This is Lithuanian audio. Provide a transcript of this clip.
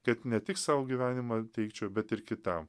kad ne tik sau gyvenimą teikčiau bet ir kitam